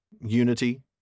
unity